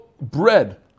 bread